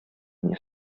nie